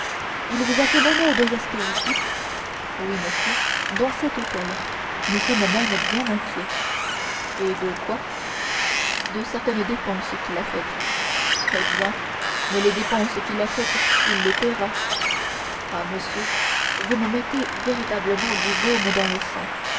il vous a fait l'honneur de rester ici oui monsieur dans cet hôtel nous sommes même bien inquiets et de quoi de certaines dépenses qu'il a faites eh bien mais les dépenses qu'il a faites il les paiera ah monsieur vous me mettez véritablement du baume dans le sang